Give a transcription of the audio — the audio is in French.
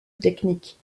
technique